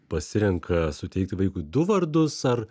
pasirenka suteikti vaikui du vardus ar